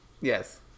Yes